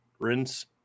rinse